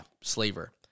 slaver